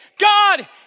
God